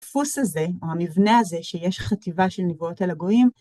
הדפוס הזה, או המבנה הזה שיש חטיבה של נבואות אל הגויים.